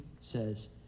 says